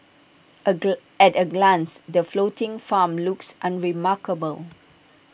A at A glance the floating farm looks unremarkable